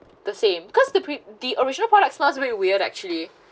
the same cause the pre~ the original products smell weird actually